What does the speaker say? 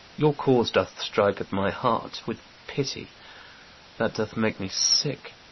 your cause doth strike my heart with pity that doth make me sick!